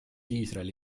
iisraeli